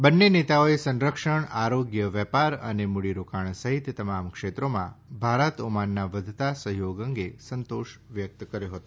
બંને નેતાઓએ સંરક્ષણ આરોગ્ય વેપાર અને મૂડીરોકાણ સહિત તમામ ક્ષેત્રોમાં ભારત ઓમાનના વધતા સહયોગ અંગે સંતોષ વ્યક્ત કર્યો હતો